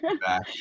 back